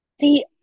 See